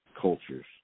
cultures